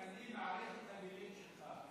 אני מעריך את המילים שלך,